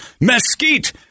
mesquite